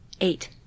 Eight